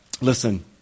Listen